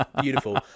Beautiful